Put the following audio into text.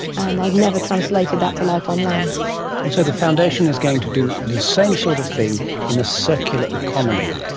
and i had never translated that to life on land. and so the foundation is going to do the same sort of thing in a circular economy.